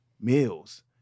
meals